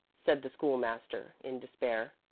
said the school-master, in despair.